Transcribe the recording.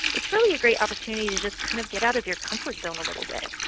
it's really a great opportunity to just kind of get out of your comfort zone a little bit,